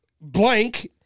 blank